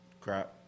Crap